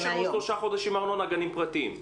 אז לא ישלמו שלושה חודשים ארנונה, גנים פרטיים?